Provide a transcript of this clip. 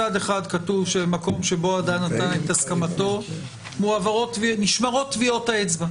מצד אחד כתוב שבמקום שבו אדם נתן את הסכמתו נשמרות טביעות האצבע,